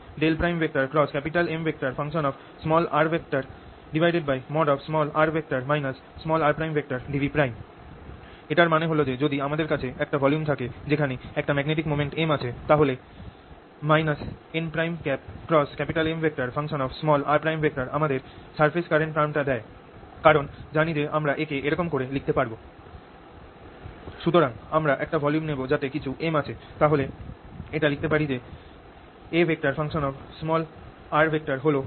dV এটার মানে হল যে যদি আমাদের কাছে একটা ভলিউম থাকে যেখানে একটা ম্যাগনেটিক মোমেন্ট M আছে তাহলে nMr আমাদের সারফেস কারেন্ট টার্ম টা দেয় কারণ জানি যে আমরা A কে এরকম করে লিখতে পারব সুতরাংআমরা একটা ভলুম নেব যাতে কিছু M আছে তাহলে এটা লিখতে পারি যে A হল nMr